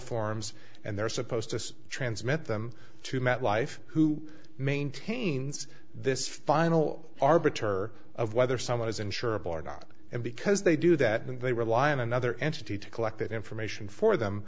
forms and they're supposed to transmit them to metlife who maintains this final arbiter of whether someone is insurable or not and because they do that and they rely on another entity to collect that information for them